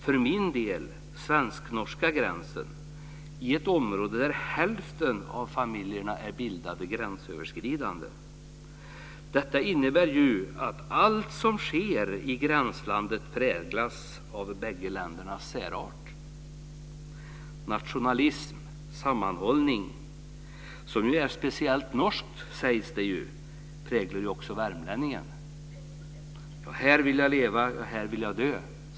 För min del är svensknorska gränsen ett område där hälften av familjerna har bildats tack vare ett gränsöverskridande. Det innebär att allt som sker i gränslandet präglas av bägge ländernas särart. Nationalism och sammanhållning, som sägs vara speciellt norskt, präglar också värmlänningen. "Ja, där vill jag leva, ja, där vill jag dö."